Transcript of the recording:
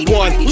one